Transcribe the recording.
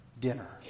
dinner